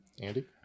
Andy